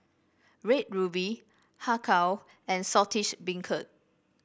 Red Ruby Har Kow and Saltish Beancurd